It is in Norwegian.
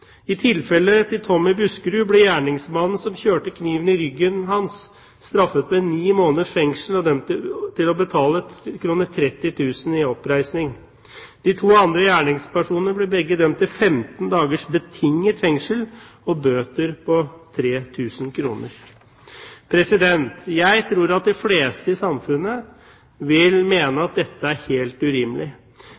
I tilfellet til Tommy Buskerud ble gjerningsmannen som kjørte kniven i ryggen hans, straffet med ni måneders fengsel og dømt til å betale 30 000 kr i oppreisning. De to andre gjerningspersonene ble begge dømt til 15 dagers betinget fengsel og bøter på 3 000 kr. Jeg tror at de fleste i samfunnet vil